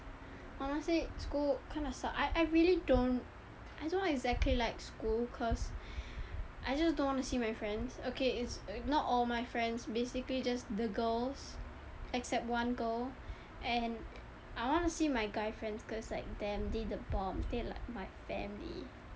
honestly school kinda suck I I really don't I don't exactly like school cause I just don't wanna see my friends okay it's not all my friends basically just the girls except one girl and I wanna see my guy friends cause like damn they the bomb they like my family